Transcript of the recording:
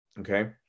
Okay